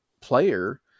player